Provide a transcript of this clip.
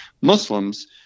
Muslims